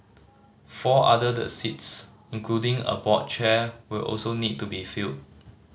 four other the seats including a board chair will also need to be filled